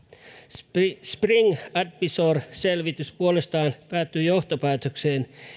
spring spring advisorin selvitys puolestaan päätyi johtopäätökseen